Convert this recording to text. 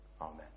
amen